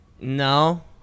No